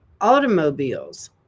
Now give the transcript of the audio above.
automobiles